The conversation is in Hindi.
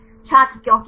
छात्र क्योंकि